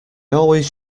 always